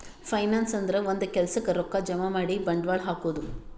finance ಅಂದ್ರ ಒಂದ್ ಕೆಲ್ಸಕ್ಕ್ ರೊಕ್ಕಾ ಜಮಾ ಮಾಡಿ ಬಂಡವಾಳ್ ಹಾಕದು